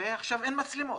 ועכשיו אין מצלמות.